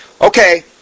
Okay